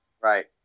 Right